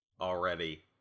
already